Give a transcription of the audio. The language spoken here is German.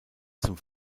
zum